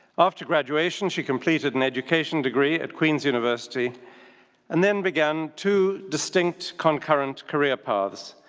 after graduation, she completed an education degree at queens university and then began two distinct, concurrent career paths.